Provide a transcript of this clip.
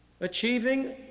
achieving